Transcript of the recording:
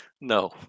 No